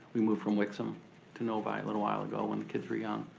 we moved from wixom to novi a little while ago when the kids were young.